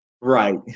Right